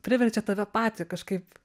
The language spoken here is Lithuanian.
priverčia tave patį kažkaip